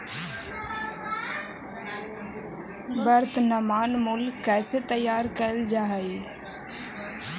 वर्तनमान मूल्य कइसे तैयार कैल जा हइ?